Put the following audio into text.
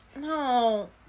No